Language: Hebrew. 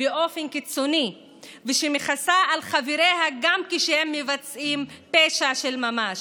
באופן קיצוני ושמכסה על חבריה גם כשהם מבצעים פשע של ממש.